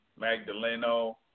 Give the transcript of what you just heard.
Magdaleno